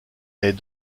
est